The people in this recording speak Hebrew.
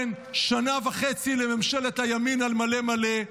כן, שנה וחצי לממשלת הימין על מלא מלא.